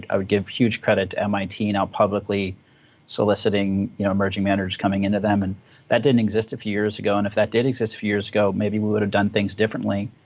i would give huge credit to mit now publicly soliciting emerging managers coming into them. and that didn't exist a few years ago. and if that did exist a few years ago, maybe we would have done things differently.